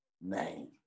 name